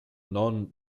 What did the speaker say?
non